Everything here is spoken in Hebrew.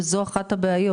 זאת אחת הבעיות.